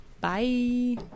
Bye